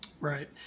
Right